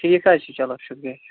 ٹھیٖک حظ چھُ چلو شُکریا شُکریا